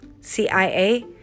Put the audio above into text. CIA